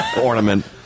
ornament